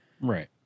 Right